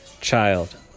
child